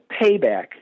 payback